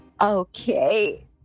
okay